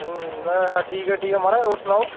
अच्छा ठीक ऐ ठीक ऐ माराज होर सनाओ